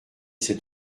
c’est